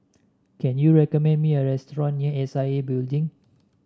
can you recommend me a restaurant near S I A Building